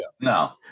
No